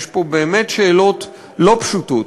יש פה באמת שאלות לא פשוטות,